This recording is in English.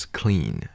clean